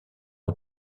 ont